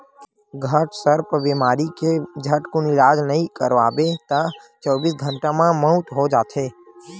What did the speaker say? घटसर्प बेमारी के झटकुन इलाज नइ करवाबे त चौबीस घंटा म मउत हो जाथे